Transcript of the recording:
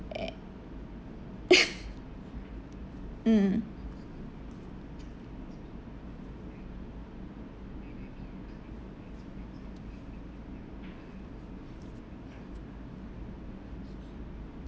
mm